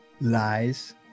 lies